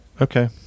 Okay